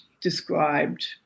described